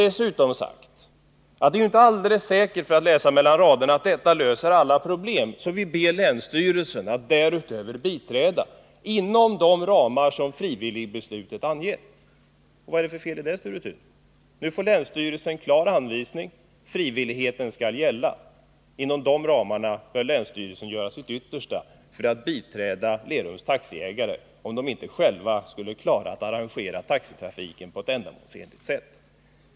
Det är lätt att inse att regeringen emellertid inte kan garantera att beslutet säkert och automatiskt löser alla problem. Den ber därför länsstyrelsen att biträda inom de ramar som beslutet om frivillighet anger. Vad är det för fel på detta, Sture Thun? Nu får länsstyrelsen en klar anvisning: frivilligheten skall gälla. Inom de ramarna bör länsstyrelsen göra sitt yttersta för att biträda Lerums taxiägare, om de inte själva skulle klara att arrangera taxitrafiken på ett ändamålsenligt sätt.